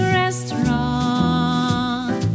restaurant